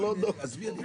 אני לא מצטט,